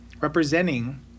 representing